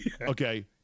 Okay